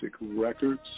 Records